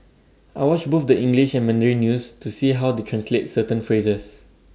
I watch both the English and Mandarin news to see how they translate certain phrases